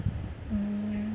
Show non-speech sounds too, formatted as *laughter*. *laughs* mm